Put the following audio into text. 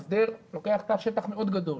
הסדר לוקח שטח מאוד גדול,